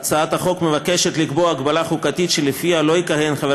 בהצעת החוק מוצע לקבוע הגבלה חוקתית שלפיה לא יכהן חבר